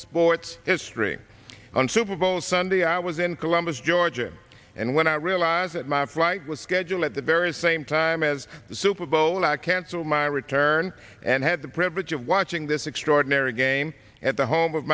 sports history on super bowl sunday i was in columbus georgia and when i realized that my flight was scheduled at the very same time as the super bowl i canceled my return and had the privilege of watching this extraordinary game at the home